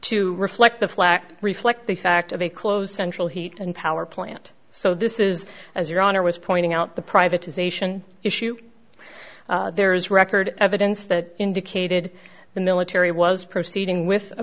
to reflect the flak reflect the fact of a close central heat and power plant so this is as your honor was pointing out the privatization issue there is record evidence that indicated the military was proceeding with a